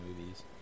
movies